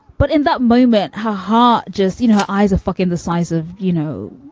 but in that moment, her heart just, you know, her eyes are fucking the size of, you know,